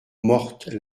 morte